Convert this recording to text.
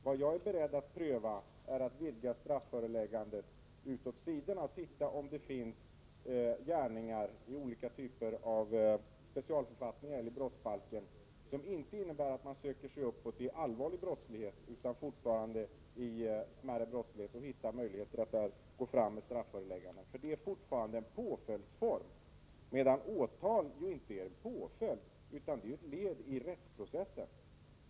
Vad jag är beredd att pröva är en vidgning av användandet av strafföreläggande ”horisontellt”, dvs. att man skulle se om det finns gärningar i olika typer av specialförfattningar i brottsbalken vilka inte söker sig uppåt i allvarlig brottslighet, utan fortfarande kan betraktas som smärre brottslighet och vilka man därmed kan utdöma strafföreläggande för.